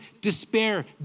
despair